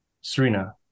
Serena